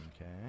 Okay